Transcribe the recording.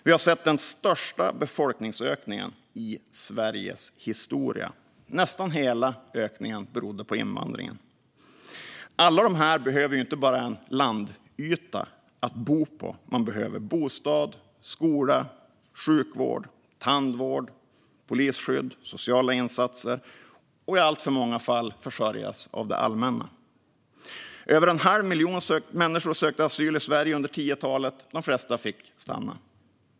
Vi har sett den största befolkningsökningen i Sveriges historia. Nästan hela ökningen beror på invandringen. Alla de här behöver inte bara en landyta att bo på. De behöver bostad, skola, sjukvård, tandvård, polisskydd och sociala insatser, och i alltför många fall behöver de försörjas av det allmänna. Över en halv miljon människor sökte asyl i Sverige under 10-talet. De flesta fick stanna.